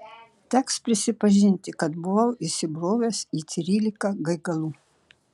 teks prisipažinti kad buvau įsibrovęs į trylika gaigalų